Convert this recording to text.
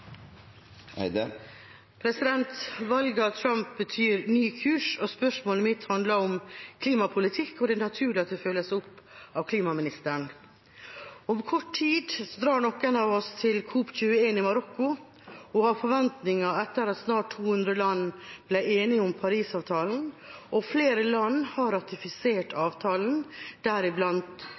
Valget av Trump betyr ny kurs. Spørsmålet mitt handler om klimapolitikk, og det er naturlig at det følges opp av klimaministeren. Om kort tid drar noen av oss til COP 22 i Marokko med forventninger etter at snart 200 land ble enige om Paris-avtalen. Flere land har ratifisert avtalen, deriblant